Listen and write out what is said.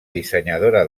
dissenyadora